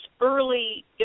early